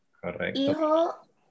Correcto